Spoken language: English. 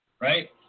right